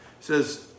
says